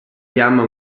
fiamma